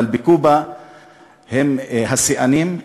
אבל בקובה הם השיאנים,